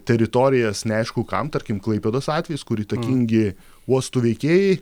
teritorijas neaišku kam tarkim klaipėdos atvejis kur įtakingi uostų veikėjai